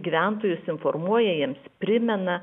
gyventojus informuoja jiems primena